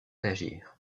d’agir